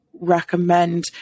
recommend